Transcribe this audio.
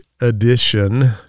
edition